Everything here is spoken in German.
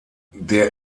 der